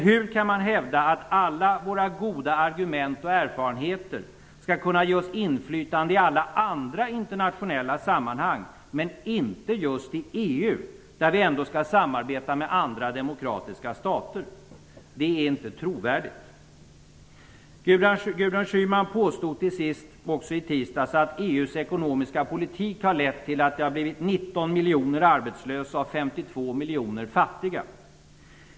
Hur kan man hävda att alla våra goda argument och erfarenheter skall kunna ge oss inflytande i alla internationella sammanhang utom just i EU där vi ändå skall samarbeta med andra demokratiska stater? Det är inte trovärdigt. Gudrun Schyman påstod till sist i tisdags att EU:s ekonomiska politik har lett till att det har blivit 19 miljoner arbetslösa och 52 miljoner fattiga.